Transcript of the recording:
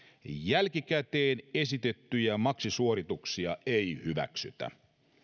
jälkikäteen esitettyjä maksusuorituksia ei hyväksytä